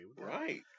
Right